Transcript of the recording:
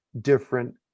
different